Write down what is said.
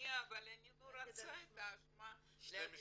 להגיע אבל אני לא רוצה להעביר את האשמה לאף אחד.